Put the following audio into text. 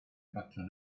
baton